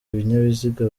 ibinyabiziga